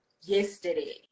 yesterday